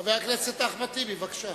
חבר הכנסת אחמד טיבי, בבקשה.